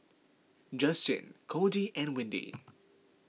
Justin Cordie and Windy